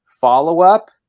follow-up